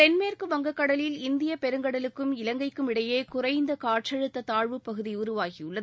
தென்மேற்கு வங்கக்கடலில் இந்திய பெருங்கடலுக்கும் இலங்கைக்கும் இடையே குறைந்த காற்றழுத்த தாழ்வுபகுதி உருவாகியுள்ளது